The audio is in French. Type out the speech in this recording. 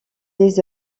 des